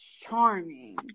charming